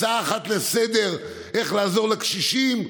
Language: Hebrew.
הצעה אחת לסדר-היום איך לעזור לקשישים?